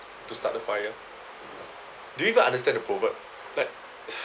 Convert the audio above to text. to start the fire do you even understand the proverb like